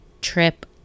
trip